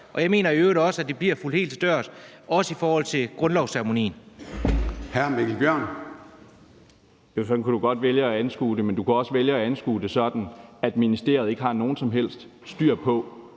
Og jeg mener i øvrigt også, at det bliver fulgt helt til dørs, også i forhold til grundlovsceremonien.